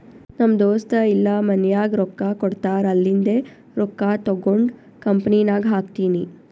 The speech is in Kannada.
ನಮ್ ದೋಸ್ತ ಇಲ್ಲಾ ಮನ್ಯಾಗ್ ರೊಕ್ಕಾ ಕೊಡ್ತಾರ್ ಅಲ್ಲಿಂದೆ ರೊಕ್ಕಾ ತಗೊಂಡ್ ಕಂಪನಿನಾಗ್ ಹಾಕ್ತೀನಿ